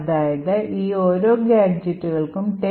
അതായത് ഈ ഓരോ ഗാഡ്ജെറ്റുകൾക്കും 10